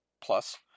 plus